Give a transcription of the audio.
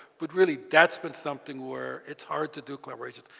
but really, that's been something where it's hard to do collaborations.